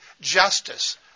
justice